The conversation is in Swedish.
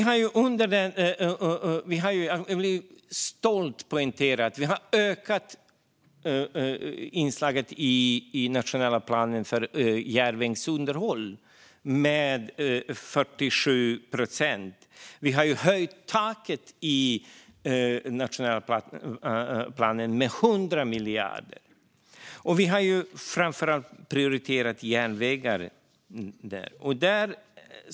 Jag vill stolt poängtera att vi har ökat anslaget för järnvägsunderhåll i den nationella planen med 47 procent. Vi har höjt taket i den nationella planen med 100 miljarder. Och vi har framför allt prioriterat järnvägar.